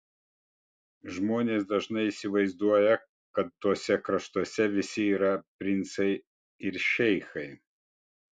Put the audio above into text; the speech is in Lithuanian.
žmonės dažnai įsivaizduoja kad tuose kraštuose visi yra princai ir šeichai